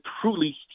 truly